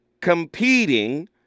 competing